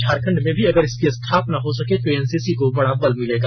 झारखण्ड में भी अगर इसकी स्थापना हो सके तो एनसीसी को बड़ा बल मिलेगा